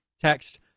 text